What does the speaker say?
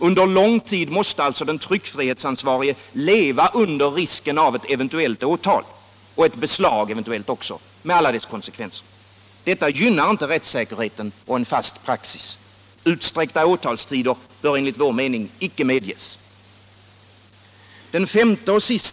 Under lång tid mäste alltså den tryckfrihetsansvarige leva under risken av ett eventucllt åtal och av ett eventuellt beslag med alla dess konsekvenser. Detta gynnar inte rättssäkerheten och en fast praxis. Utsträckta åtalstider bör, enligt vår mening, icke medges.